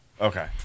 Okay